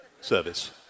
service